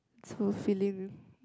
fulfilling